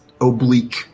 oblique